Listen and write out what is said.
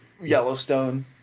Yellowstone